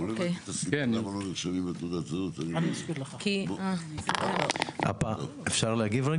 אפשר להגיב?